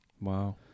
Wow